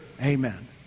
Amen